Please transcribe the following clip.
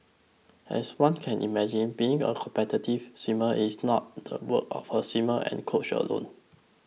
as one can imagine being a competitive swimmer is not the work of the swimmer and coach alone